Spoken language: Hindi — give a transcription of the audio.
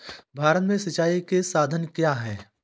भारत में सिंचाई के साधन क्या है?